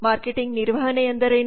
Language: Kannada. ಮಾರ್ಕೆಟಿಂಗ್ನಿರ್ವಹಣೆ ಎಂದರೇನು